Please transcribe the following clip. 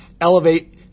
elevate